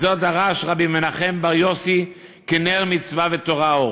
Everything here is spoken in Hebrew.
"את זו דרש רבי מנחם בר יוסי 'כי נר מצוה ותורה אור'.